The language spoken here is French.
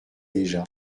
déjà